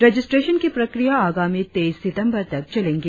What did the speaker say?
registration की प्रक्रिया आगामी तेईस सितंबर तक चलेंगी